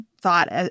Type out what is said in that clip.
thought